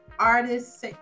Artists